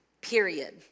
period